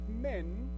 men